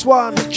one